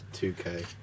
2K